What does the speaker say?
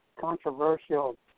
controversial